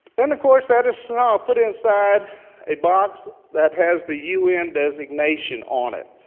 and of course that is so all ah put inside a box that has the un designation on it.